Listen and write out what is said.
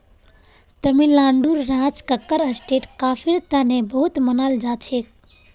तमिलनाडुर राज कक्कर स्टेट कॉफीर तने बहुत मनाल जाछेक